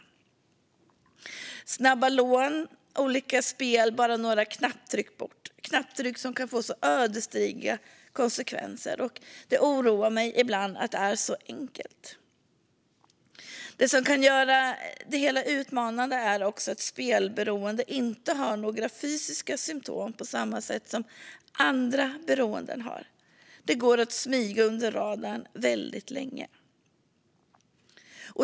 Det är snabba lån och olika spel bara några knapptryck bort - knapptryck som kan få ödesdigra konsekvenser. Ibland oroar det mig att det är så enkelt. Det som kan göra det hela utmanande är att spelberoende inte har några fysiska symtom på samma sätt som andra beroenden har. Det går att smyga under radarn väldigt länge.